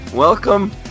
Welcome